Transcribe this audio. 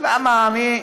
למה אני,